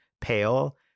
pale